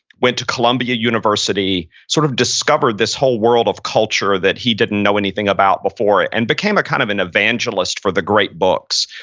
went to columbia university, sort of discovered this whole world of culture that he didn't know anything about before and became a kind of an evangelist for the great books.